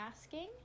asking